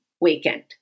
weekend